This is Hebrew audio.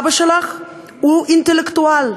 אבא שלך הוא אינטלקטואל.